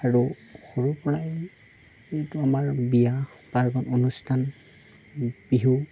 আৰু সৰুৰপৰাই এইটো আমাৰ বিয়া পাৰ্বণ অনুষ্ঠান বিহু